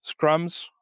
Scrums